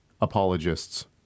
apologists